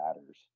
matters